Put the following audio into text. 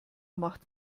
macht